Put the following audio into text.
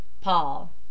Paul